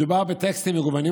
מדובר בטקסטים מגוונים,